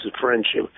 friendship